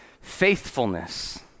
Faithfulness